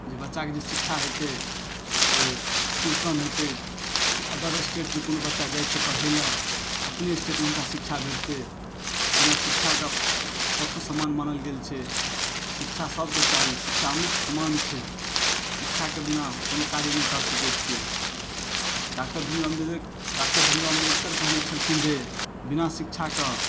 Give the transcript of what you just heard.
जे बच्चा के जे शिक्षा हेतै उ अतिउत्तम हेतै जे अदर स्टेट जे कोनो बच्चा जाइ छै पढ़ै लए अपने स्टेटमे हुनका शिक्षा भेटतै बिना शिक्षाके पशु समान मानल गेल छै शिक्षा सबके चाही शिक्षा अमृत समान छै शिक्षाके बिना कोनो कार्य नहि कऽ सकै छी डॉक्टर भीमराव अम्बेद डॉक्टर भीमराव अम्बेडकर कहने छलखिन जे बिना शिक्षाके